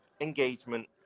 engagement